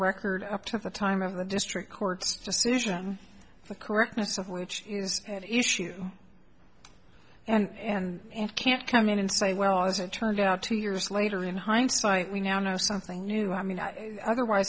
record up to the time of the district court's decision the correctness of which is at issue and can't come in and say well as it turned out two years later in hindsight we now know something new i mean otherwise